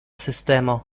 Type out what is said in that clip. sistemo